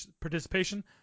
participation